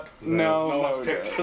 No